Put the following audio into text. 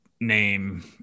name